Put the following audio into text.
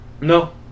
No